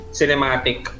cinematic